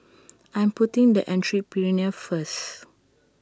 I'm putting the Entrepreneur First